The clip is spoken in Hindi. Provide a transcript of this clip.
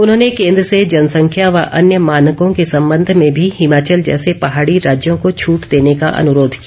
उन्होंने केंद्र से जनसंख्या व अन्य मानकों के संबंध में भी हिमाचल जैसे पहाड़ी राज्यों को छूट देने का अनुरोध किया